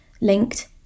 Linked